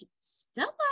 Stella